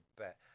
bet